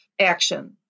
action